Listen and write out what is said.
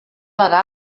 legal